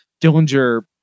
Dillinger